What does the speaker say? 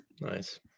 Nice